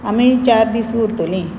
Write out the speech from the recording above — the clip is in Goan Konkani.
आमी चार दीस उरतलीं